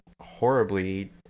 horribly